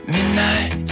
Midnight